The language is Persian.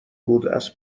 بوداز